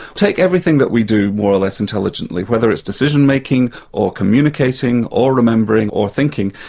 take everything that we do more or less intelligently, whether it's decision-making, or communicating or remembering or thinking.